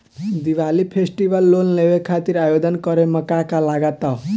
Diwali festival loan लेवे खातिर आवेदन करे म का का लगा तऽ?